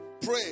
Pray